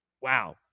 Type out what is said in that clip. Wow